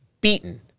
beaten